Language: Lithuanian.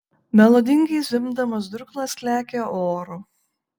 melodingai zvimbdamas durklas lekia oru